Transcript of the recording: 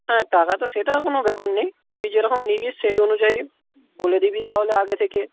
হ্যাঁ টাকাটা সেটা কোনো ব্যাপার নেই তুই যেরকম নিবি সেই অনুযায়ী বলে দিবি তাহলে আগে থেকে